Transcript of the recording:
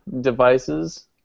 devices